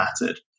mattered